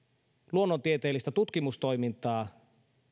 luonnontieteellistä tutkimustoimintaa